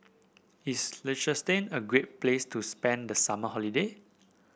is Liechtenstein a great place to spend the summer holiday